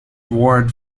ward